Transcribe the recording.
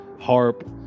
harp